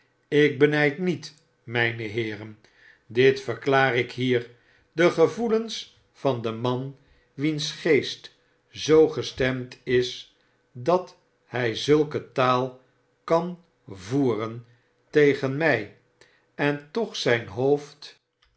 e n ij d niet mijne heeren dit verklaar ik hier de gevoelens van den man wiens geest zoo gestemd is dajfc hij zulke taal kan voeren tegen mij en toch zijn hoofdrustig